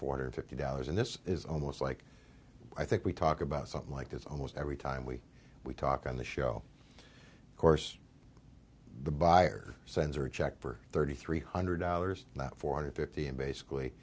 four hundred fifty dollars and this is almost like i think we talk about something like this almost every time we we talk on the show of course the buyer signs are checked for thirty three hundred dollars not four hundred fifty and basically